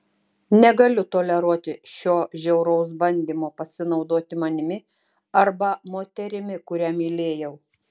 negaliu toleruoti šio žiauraus bandymo pasinaudoti manimi arba moterimi kurią mylėjau